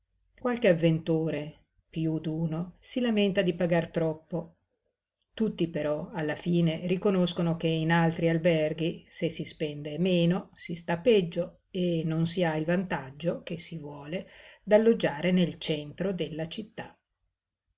qualche avventore piú d'uno si lamenta di pagar troppo tutti però alla fine riconoscono che in altri alberghi se si spende meno si sta peggio e non si ha il vantaggio che si vuole d'alloggiare nel centro della città